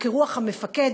וכרוח המפקד,